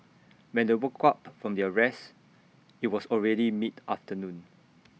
when they woke up from their rest IT was already mid afternoon